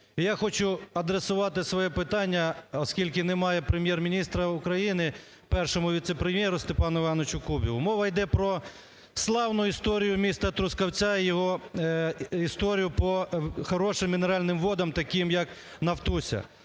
я хочу адресувати своє питання, оскільки немає Прем'єр-міністра України, Першому віце-прем'єру Степану Івановичу Кубіву. Мова йде про славну історію міста Трускавця і його історію по хорошим мінеральним водам, таким як "Нафтуся".